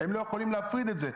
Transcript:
הם לא יכולים להפריד את זה.